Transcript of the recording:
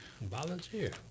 Volunteer